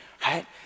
right